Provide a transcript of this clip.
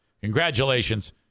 Congratulations